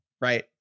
right